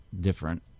different